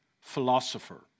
philosopher